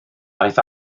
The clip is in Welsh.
daeth